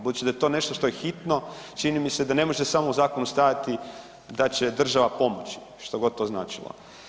Budući da je to nešto što je hitno čini mi se da ne može samo u zakonu stajati da će država pomoći, što god to značilo.